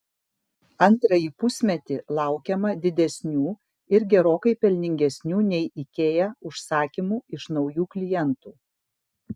antrąjį pusmetį laukiama didesnių ir gerokai pelningesnių nei ikea užsakymų iš naujų klientų